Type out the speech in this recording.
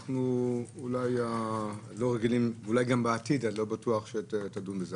וגם אולי בעתיד לא בטוח שנדון בזה,